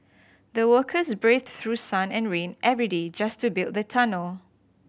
the workers braved through sun and rain every day just to build the tunnel